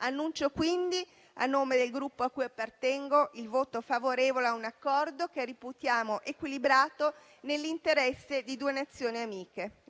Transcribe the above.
Annuncio quindi, a nome del Gruppo cui appartengo, il voto favorevole a un Accordo che reputiamo equilibrato, nell'interezze di due Nazioni amiche.